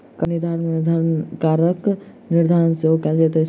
कर निर्धारण मे धन करक निर्धारण सेहो कयल जाइत छै